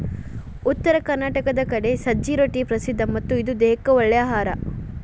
ಉತ್ತರ ಕರ್ನಾಟಕದ ಕಡೆ ಸಜ್ಜೆ ರೊಟ್ಟಿ ಪ್ರಸಿದ್ಧ ಮತ್ತ ಇದು ದೇಹಕ್ಕ ಒಳ್ಳೇ ಅಹಾರಾ